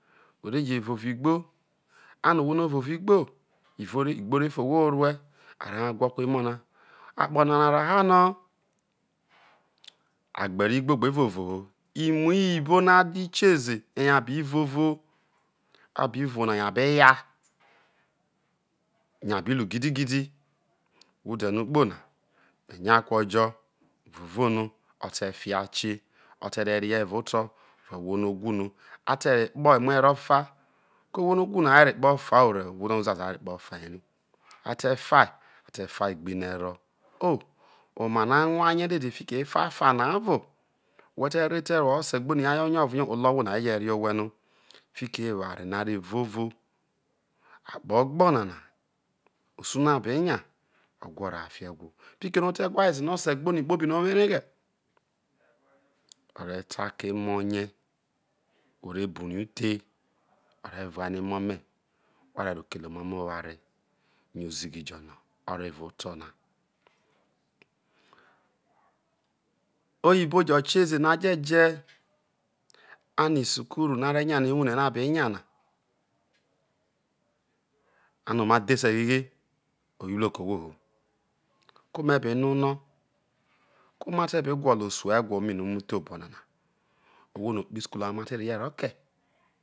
O̱ re je vovo igbo ano̱ ohwo no̱ o vovo igbo luo igbo refuo ohwo ho̱ orue a re hai whoku emo na akpo na raha no gbe rro igbo vevovo ho imu iyibo no i kie ze eye abi vovo abi vovo abi vovo yo̱ abe ya yo abi ro gidigidi ode̱ no ukpo na me nyaku ojo o vovo no o te fi a kie o̱ te rro rri evao oto woho ohwono̱ o whu no a te̱ rro ekpo ereho̱ ro fia ko̱ ohwo nu owho no a re ro̱ ekpo fa rro uzu azo a rro ro okpo fa ere a te far a te fai gbin ero oh omano a nwa rie dede fiki efafa na ovo whe te̱ rro etee woho ose gboni me hayo oni ovo rie ohro ohwo na re je̱ re owhe̱ no fiki eware no̱ a re vovo akpo ogbo nana usu no̱ a benya o̱ wha oraha fiho ewho fiki ere o te whae ze no̱ o̱ se gboni kpobi no o wo areghe o re ta ke emo rie o rebru rai uke o re vai no̱ emo me wha ro aro kele omamo oware no̱ ozighi jo no o rro evao oto na oyibo jo̱ kie ee no̱ ajeje ano isukulu no̱ a re nya na wuhre no̱ abe nya na ano oma dbese gheghe o wo iruo ke ohwo hoko me̱ be no̱ ono ko̱ ma te be gwolo osu ewho mai jo̱ obonona ohwono okpoho ha ma te rehie roke̱.